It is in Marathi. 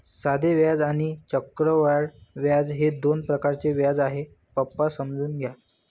साधे व्याज आणि चक्रवाढ व्याज हे दोन प्रकारचे व्याज आहे, पप्पा समजून घ्या